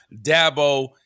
Dabo